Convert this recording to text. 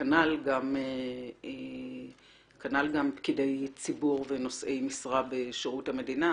כנ"ל גם פקידי ציבור ונושאי משרה בשירות המדינה,